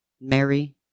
Mary